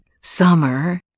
Summer